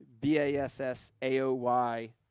B-A-S-S-A-O-Y